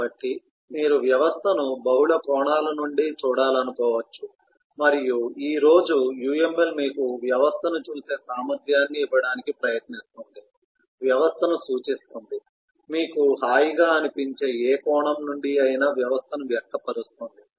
కాబట్టి మీరు వ్యవస్థను బహుళ కోణాల నుండి చూడాలనుకోవచ్చు మరియు ఈ రోజు UML మీకు వ్యవస్థను చూసే సామర్థ్యాన్ని ఇవ్వడానికి ప్రయత్నిస్తుంది వ్యవస్థను సూచిస్తుంది మీకు హాయిగా అనిపించే ఏ కోణం నుండి అయినా వ్యవస్థను వ్యక్తపరుస్తుంది